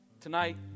Tonight